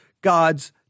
God's